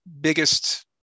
biggest